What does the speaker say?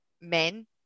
men